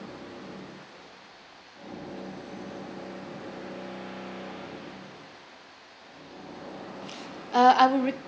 uh I will